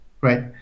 Right